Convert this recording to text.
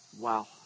Wow